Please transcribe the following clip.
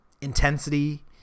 Intensity